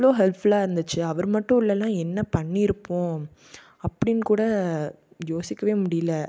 அவ்வளோ ஹெல்ப்ஃபுல்லாக இருந்துச்சு அவர் மட்டும் இல்லைனா என்ன பண்ணி இருப்போம் அப்படின் கூட யோசிக்கவே முடியிலை